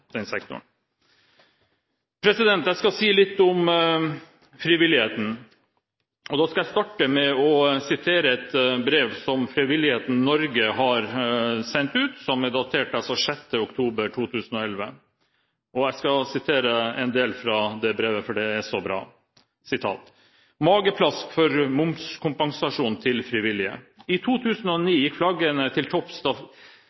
den sektoren. Jeg skal si litt om frivilligheten, og da skal jeg starte med å sitere fra et brev som Frivillighet Norge har sendt ut, som er datert 6. oktober 2011. Jeg skal sitere en del fra det brevet, for det er så bra: «Magaplask for momskompensasjon til frivillige I